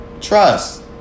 Trust